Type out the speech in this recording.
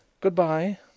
Goodbye